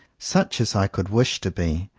such as i could wish to be,